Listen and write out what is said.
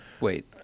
Wait